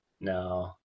No